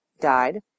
died